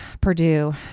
Purdue